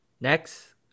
Next